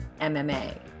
MMA